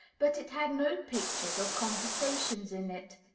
but it had no pictures or conversations in it,